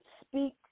speak